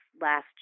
last